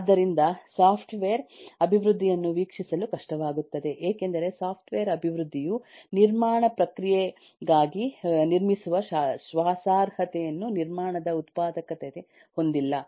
ಆದ್ದರಿಂದ ಸಾಫ್ಟ್ವೇರ್ ಅಭಿವೃದ್ಧಿಯನ್ನು ವೀಕ್ಷಿಸಲು ಕಷ್ಟವಾಗುತ್ತದೆ ಏಕೆಂದರೆ ಸಾಫ್ಟ್ವೇರ್ ಅಭಿವೃದ್ಧಿಯು ನಿರ್ಮಾಣ ಪ್ರಕ್ರಿಯೆಯಾಗಿ ನಿರ್ಮಿಸುವ ಶ್ವಾಸಾರ್ಹತೆಯನ್ನು ನಿರ್ಮಾಣದ ಉತ್ಪಾದಕತೆ ಹೊಂದಿಲ್ಲ